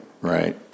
right